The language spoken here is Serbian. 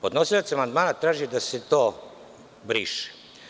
Podnosilac amandmana traži da se to briše.